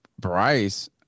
Bryce –